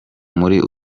muri